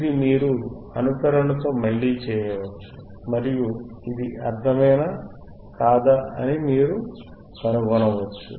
ఇది మీరు అనుకరణతో మళ్ళీ చేయవచ్చు మరియు ఇది అర్ధమేనా కాదా అని మీరు కనుగొనవచ్చు